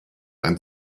ein